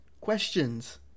questions